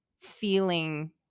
feeling